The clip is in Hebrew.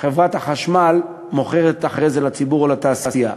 חברת החשמל כשהיא מוכרת אחרי זה לציבור או לתעשייה.